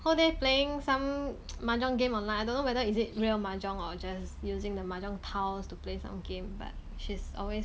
whole day playing some mahjong game online I don't know whether is it real mahjong or just using the mahjong tiles to play some games but she's always